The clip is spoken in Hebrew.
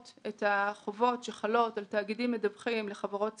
את החובות שחלות על תאגידים מדווחים לחברות ציבוריות,